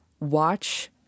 Watch